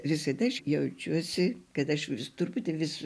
visada jaučiuosi kad aš vis truputį vis